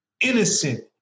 innocent